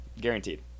guaranteed